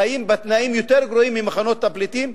חיים בתנאים יותר גרועים מאשר במחנות הפליטים,